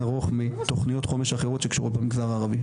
ערוך מתכניות חומש אחרות שקשורות במגזר הערבי.